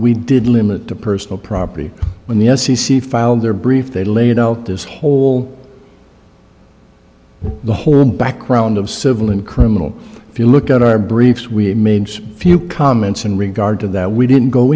we did limit the personal property when the f c c filed their brief they lay you know this whole the whole background of civil and criminal if you look at our briefs we made a few comments in regard to that we didn't go